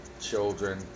children